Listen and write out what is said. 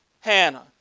Hannah